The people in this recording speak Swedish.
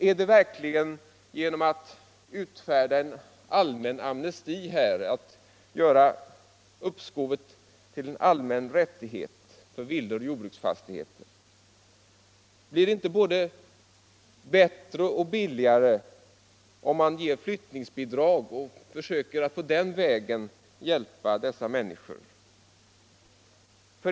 Är det verkligen genom att utfärda ett slags allmän amnesti och göra uppskovet till en allmän rättighet när det gäller villor och jordbruksfastigheter? Blir det inte både bättre och billigare, om man ger flyttningsbidrag och försöker att på den vägen hjälpa dessa människor?